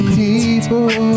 people